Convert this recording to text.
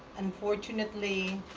unfortunately,